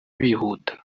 bihuta